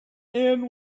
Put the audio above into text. and